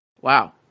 Wow